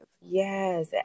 yes